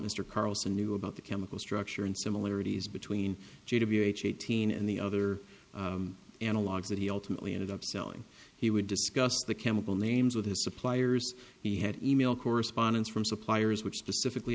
mr carlson knew about the chemical structure and similarities between g b h eighteen and the other analogs that he ultimately ended up selling he would discuss the chemical names with his suppliers and he had e mail correspondence from suppliers which specifically